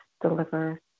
deliver